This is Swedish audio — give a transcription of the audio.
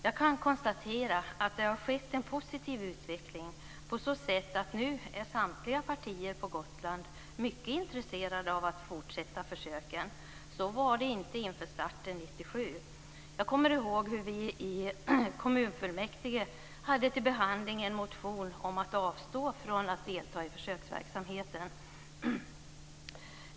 Jag kan konstatera att det har skett en positiv utveckling på så sätt att samtliga partier på Gotland nu är mycket intresserade av att fortsätta försöken. Så var det inte inför starten 1997. Jag kommer ihåg hur vi i kommunfullmäktige hade till behandling en motion om att avstå från att delta i försöksverksamheten.